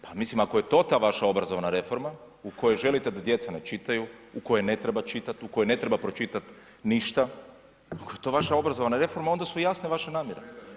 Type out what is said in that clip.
Pa mislim pa ako je to ta vaša obrazovna reforma u kojoj želite da djeca ne čitaju, u kojoj ne treba čitati, u kojoj ne treba pročitat ništa, ako je to vaša obrazovna reforma onda su jasne i vaše namjere.